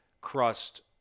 crust